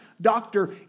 doctor